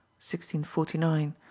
1649